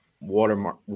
watermark